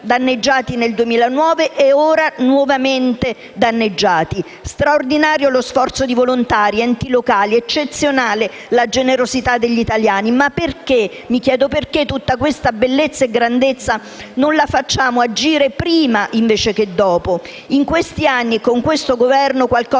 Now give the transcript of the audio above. danneggiati nel 2009 e ora nuovamente colpiti. Straordinario lo sforzo dei volontari e degli enti locali, eccezionale la generosità degli italiani. Mi chiedo però per quale ragione tutta questa bellezza e grandezza non le facciamo agire prima, invece che dopo. In questi anni e con questo Governo qualcosa